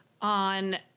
on